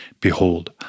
Behold